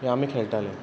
हे आमी खेळटाले